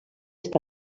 està